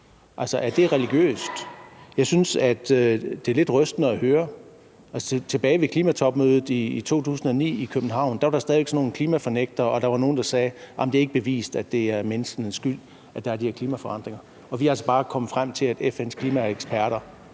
Altså, er det religiøst? Jeg synes, at det er lidt rystende at høre. Tilbage under klimatopmødet i 2009 i København var der stadig væk sådan nogle klimafornægtere, og der var nogle, der sagde: Jamen det er ikke bevist, at det er menneskenes skyld, at der er de her klimaforandringer. Og vi er altså bare kommet frem til, at FN's klimaeksperter